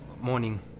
morning